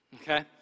okay